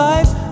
Life